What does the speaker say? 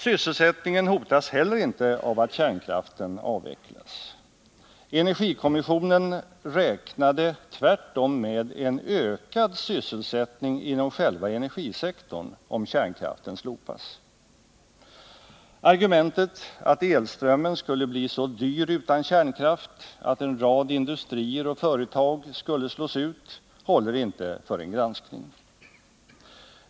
Sysselsättningen hotas heller inte av att kärnkraften avvecklas. Energikommissionen räknade tvärtom med en ökad sysselsättning inom själva energisektorn om kärnkraften slopas. Argumentet att elströmmen skulle bli så dyr utan kärnkraft att en rad industrier och företag skulle slås ut håller inte för en granskning.